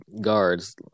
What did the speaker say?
guards